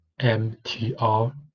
MTR